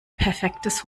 perfektes